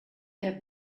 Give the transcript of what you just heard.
have